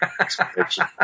explanation